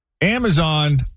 Amazon